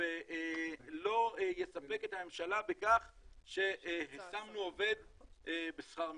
ולא יספק את הממשלה בכך שהשמנו עובד בשכר מינימום.